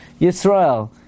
Yisrael